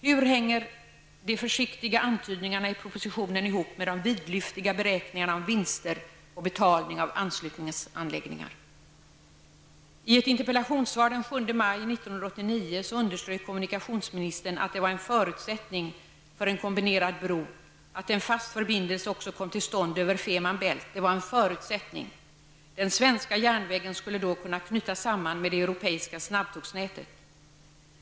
Hur hänger de försiktiga antydningarna i propositionen ihop med de vidlyftiga beräkningarna om vinster och betalning av avslutningsanläggningar? I ett interpellationssvar den 7 maj 1989 underströk kommunikationsministern att det var en förutsättning för en kombinerad bro att en fast förbindelse också kom till stånd över Femer Bælt. Det var en förutsättning. Den svenska järnvägen skulle då kunna knytas samman med det europeiska snabbtågsnätet.